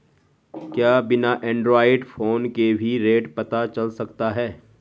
क्या बिना Android phone के भी रेट पता चल सकता है?